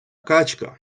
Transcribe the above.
качка